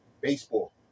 baseball